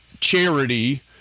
charity